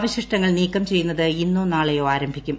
അവശിഷ്ടങ്ങൾ നീക്കം ചെയ്യു്ന്നത് ഇന്നോ നാളെയോ ആരംഭിക്കും